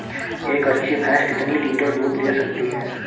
एक अच्छी भैंस कितनी लीटर दूध दे सकती है?